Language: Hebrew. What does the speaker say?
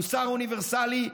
המוסר האוניברסלי,